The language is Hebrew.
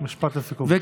משפט לסיכום, בבקשה.